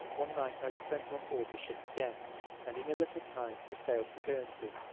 one night i was sent on board the ship again and in a little time we sailed for guernsey,